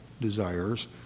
desires